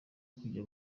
kujya